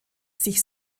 sich